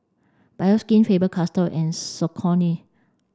Bioskin Faber Castell and Saucony